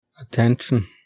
attention